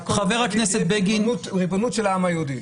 הכותל הוא בריבונות של העם היהודי.